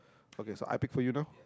okay so I pick for you now